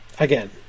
Again